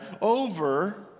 over